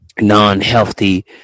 non-healthy